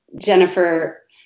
Jennifer